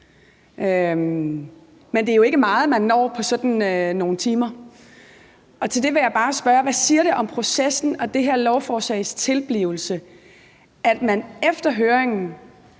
Men det er jo ikke meget, man når på sådan nogle timer. Til det vil jeg bare spørge: Hvad siger det om processen og det her lovforslags tilblivelse, at man efter høringen